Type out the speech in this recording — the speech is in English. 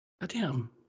Goddamn